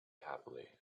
happily